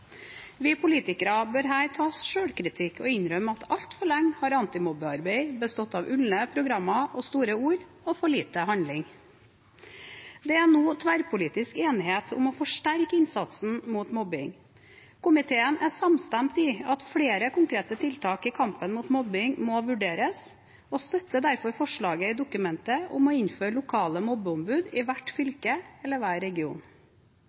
Vi politikere bør her ta selvkritikk og innrømme at antimobbearbeid altfor lenge har bestått av ulne programmer og store ord og for lite handling. Det er nå tverrpolitisk enighet om å forsterke innsatsen mot mobbing. Komiteen er samstemt i at flere konkrete tiltak i kampen mot mobbing må vurderes, og støtter derfor forslaget i dokumentet om å innføre lokale mobbeombud i hvert fylke eller hver region.